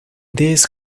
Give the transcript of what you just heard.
this